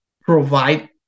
Provide